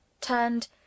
turned